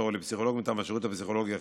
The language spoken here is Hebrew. או לפסיכולוג מטעם השירות הפסיכולוגי-החינוכי,